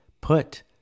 Put